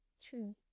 true